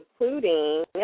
Including